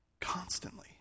constantly